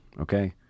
Okay